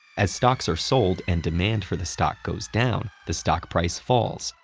as stocks are sold and demand for the stock goes down, the stock price falls,